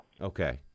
Okay